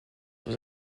was